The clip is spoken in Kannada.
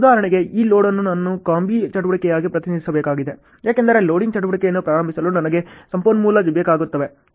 ಉದಾಹರಣೆಗೆ ಈ ಲೋಡ್ ಅನ್ನು ನಾನು ಕಾಂಬಿ ಚಟುವಟಿಕೆಯಾಗಿ ಪ್ರತಿನಿಧಿಸಬೇಕಾಗಿದೆ ಏಕೆಂದರೆ ಲೋಡಿಂಗ್ ಚಟುವಟಿಕೆಯನ್ನು ಪ್ರಾರಂಭಿಸಲು ನನಗೆ ಸಂಪನ್ಮೂಲಗಳು ಬೇಕಾಗುತ್ತವೆ